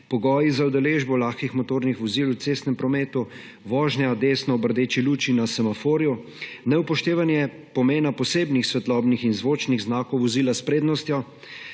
pogoji za udeležbo lahkih motornih vozil v cestnem prometu, vožnja desno ob rdeči luči na semaforju, neupoštevanje pomena posebnih svetlobnih in zvočnih znakov vozila s prednostjo,